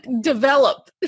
develop